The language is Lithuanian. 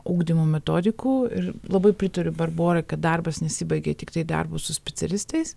ugdymo metodikų ir labai pritariu barborai kad darbas nesibaigia tiktai darbu su specialistais